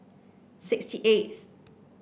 sixty eighth